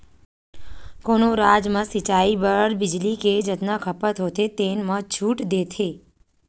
कोनो राज म सिचई बर बिजली के जतना खपत होथे तेन म छूट देथे